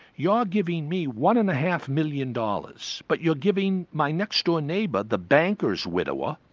you're giving me one and a half-million dollars but you're giving my next-door neighbour, the banker's widow,